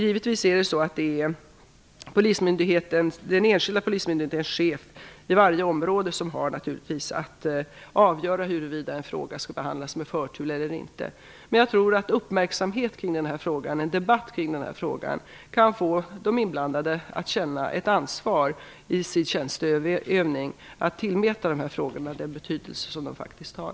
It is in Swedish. Givetvis är det den enskilda polismyndighetens chef i varje område som har att avgöra huruvida en fråga skall behandlas med förtur eller inte. Men jag tror att uppmärksamhet och debatt kring frågan kan få de inblandade att känna ett ansvar i sin tjänsteutövning och tillmäta dessa frågor den betydelse som de faktiskt har.